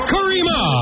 Karima